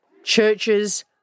churches